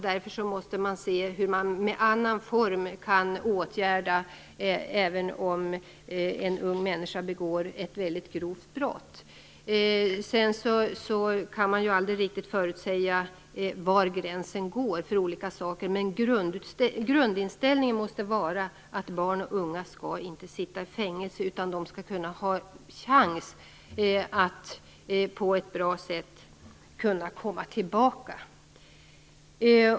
Därför måste man se om man kan vidta åtgärder i någon annan form, om en ung människa begår ett väldigt grovt brott. Det går aldrig att riktigt förutsäga var gränsen går för olika saker. Men grundinställningen måste vara att barn och unga inte skall sitta i fängelse. De skall ha en chans att på ett bra sätt kunna komma tillbaka.